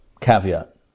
caveat